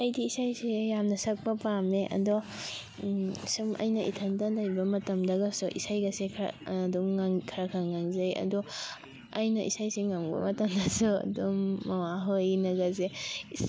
ꯑꯩꯗꯤ ꯏꯁꯩꯁꯦ ꯌꯥꯝꯅ ꯁꯛꯄ ꯄꯥꯝꯃꯦ ꯑꯗꯣ ꯁꯨꯝ ꯑꯩꯅ ꯏꯊꯟꯇ ꯂꯩꯕ ꯃꯇꯝꯗꯒꯁꯨ ꯏꯁꯩꯒꯁꯦ ꯈꯔ ꯑꯗꯨꯝ ꯉꯪ ꯈꯔ ꯈꯔ ꯉꯪꯖꯩ ꯑꯗꯣ ꯑꯩꯅ ꯏꯁꯩꯁꯦ ꯉꯪꯕ ꯃꯇꯝꯗꯁꯨ ꯑꯗꯨꯝ ꯃꯃꯥ ꯍꯣꯏꯅꯒꯁꯦ ꯏꯁ